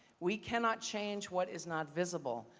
we cannot change what is not visible.